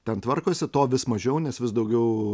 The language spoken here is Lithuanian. ten tvarkosi to vis mažiau nes vis daugiau